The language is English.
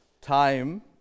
time